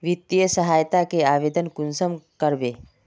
वित्तीय सहायता के आवेदन कुंसम करबे?